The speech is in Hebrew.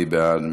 מי בעד?